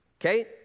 Okay